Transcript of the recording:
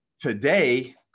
Today